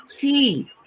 key